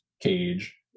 cage